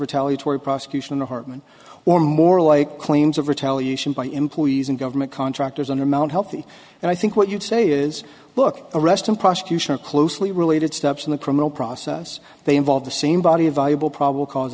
retaliatory prosecution in the hartmann or more like claims of retaliation by employees and government contractors undermount healthy and i think what you'd say is book arrest and prosecution are close related steps in the criminal process they involve the same body of valuable probably cause